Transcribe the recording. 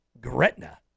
Gretna